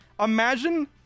Imagine